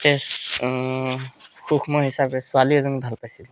তাতে সূক্ষ্ম হিচাপে ছোৱালী এজনী ভাল পাইছিলোঁ